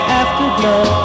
afterglow